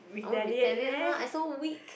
I won't be tell it lah I'm so weak